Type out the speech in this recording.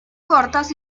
cortas